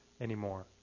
anymore